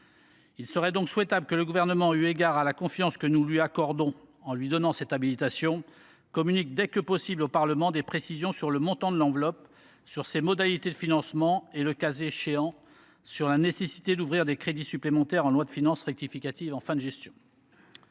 Il serait donc souhaitable que le Gouvernement, eu égard à la confiance que nous lui accordons en lui donnant cette habilitation, communique dès que possible au Parlement des précisions sur le montant de l’enveloppe, ses modalités de financement et, le cas échéant, la nécessité d’ouvrir des crédits supplémentaires en loi de finances rectificative de fin de gestion.